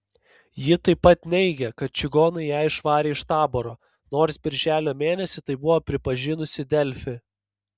ji taip pat neigė kad čigonai ją išvarė iš taboro nors birželio mėnesį tai buvo pripažinusi delfi